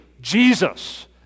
Jesus